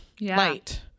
light